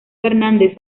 fernández